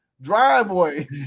driveway